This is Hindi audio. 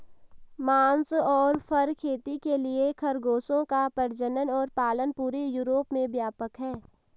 मांस और फर खेती के लिए खरगोशों का प्रजनन और पालन पूरे यूरोप में व्यापक है